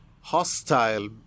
hostile